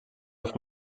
auf